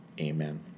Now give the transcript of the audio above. Amen